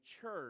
church